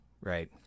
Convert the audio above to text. right